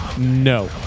No